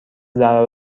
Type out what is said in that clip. ضرر